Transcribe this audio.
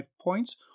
points